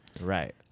right